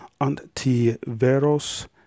Antiveros